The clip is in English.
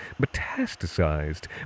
metastasized